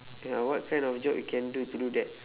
ya what kind of job you can do to do that